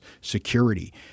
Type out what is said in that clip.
security